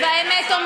באמת.